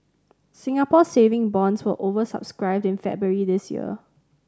Singapore Saving Bonds were over subscribed in February this year